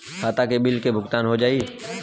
खाता से बिल के भुगतान हो जाई?